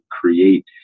create